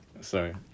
Sorry